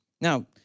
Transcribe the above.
Now